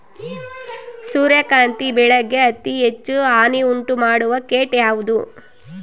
ಸೂರ್ಯಕಾಂತಿ ಬೆಳೆಗೆ ಅತೇ ಹೆಚ್ಚು ಹಾನಿ ಉಂಟು ಮಾಡುವ ಕೇಟ ಯಾವುದು?